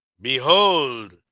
Behold